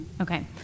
Okay